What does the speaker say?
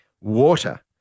water